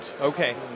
Okay